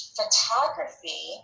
photography